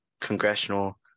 congressional